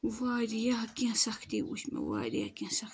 واریاہ کیٚنٛہہ سختی وٕچھ مےٚ واریاہ کیٚنٛہہ سختی